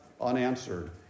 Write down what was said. unanswered